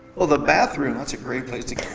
ah the bathroom, that's a great place to